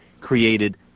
created